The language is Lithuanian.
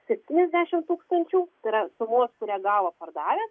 septyniasdešimt tūkstančių tai yra sumos kurią gavo pardavęs